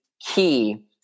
key